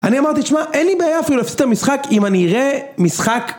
אני אמרתי, תשמע, אין לי בעיה אפילו להפסיד את המשחק אם אני אראה משחק